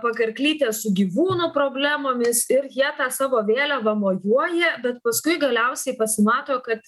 pakarklytė su gyvūnų problemomis ir jie tą savo vėliavą mojuoja bet paskui galiausiai pasimato kad